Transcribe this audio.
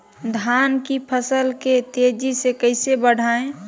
धान की फसल के तेजी से कैसे बढ़ाएं?